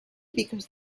because